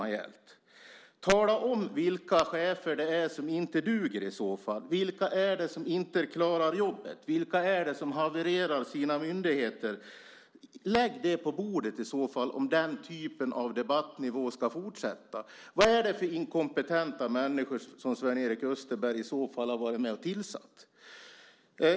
Tala i så fall om vilka chefer det är som inte duger. Vilka är det som inte klarar jobbet? Vilka är det som havererar sina myndigheter? Lägg det på bordet i så fall om den typen av debatt ska föras i fortsättningen. Vad är det för inkompetenta människor som Sven-Erik Österberg i så fall har varit med och tillsatt?